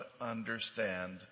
understand